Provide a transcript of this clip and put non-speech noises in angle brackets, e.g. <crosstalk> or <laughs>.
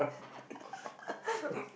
<laughs>